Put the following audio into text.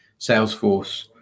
Salesforce